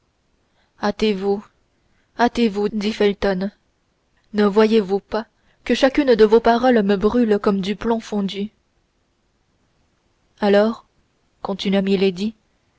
hâtez-vous dit felton ne voyez-vous pas que chacune de vos paroles me brûle comme du plomb fondu alors continua